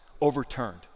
overturned